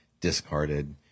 discarded